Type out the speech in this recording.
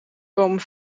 komen